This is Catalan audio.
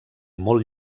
molt